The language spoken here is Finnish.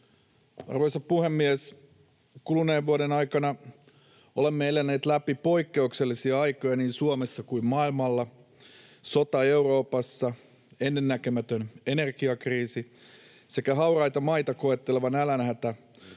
Arvoisa puhemies! Kuluneen vuoden aikana olemme eläneet läpi poikkeuksellisia aikoja niin Suomessa kuin maailmalla. Sota Euroopassa, ennennäkemätön energiakriisi sekä hauraita maita koetteleva nälänhätä